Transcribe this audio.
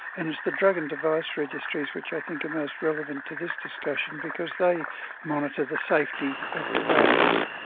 and it's the drug and device registries which i think are most relevant to this discussion because they monitor the safety of devices.